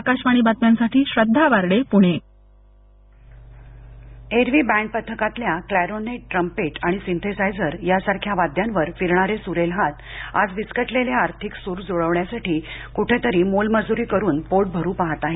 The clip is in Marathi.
आकाशवाणी श्रद्धा वार्डे एरवी बॅण्ड पथकातील क्लॅरोनेट ट्रम्पेट आणि सिंथेसायझर सारख्या वाद्यांवर फिरणारे सुरेल हात आज विस्कटलेले आर्थिक सूर जुळवण्यासाठी कुठेतरी मोलमजुरी करून पोट भरू पहात आहेत